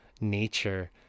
nature